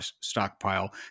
stockpile